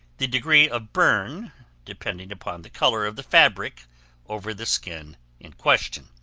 the degree of burn depending upon the color of the fabric over the skin in question.